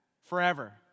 forever